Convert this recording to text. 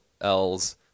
L's